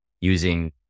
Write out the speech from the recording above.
using